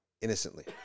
innocently